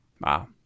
Wow